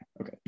okay